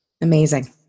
amazing